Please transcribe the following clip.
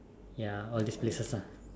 ya all these places lah